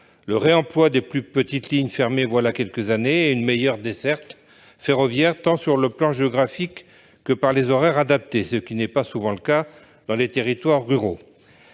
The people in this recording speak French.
le réemploi des plus petites lignes fermées voilà quelques années et une meilleure desserte ferroviaire, à la fois d'un point de vue géographique et en termes d'horaires adaptés, ce qui n'est pas souvent le cas dans les territoires ruraux.